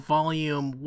Volume